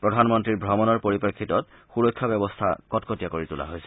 প্ৰধানমন্ত্ৰীৰ ভ্ৰমণৰ পৰিপ্ৰেক্ষিতত সুৰক্ষা ব্যৱস্থা কটকটীয়া কৰি তোলা হৈছে